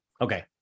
Okay